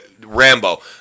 Rambo